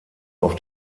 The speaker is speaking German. auf